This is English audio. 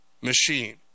machine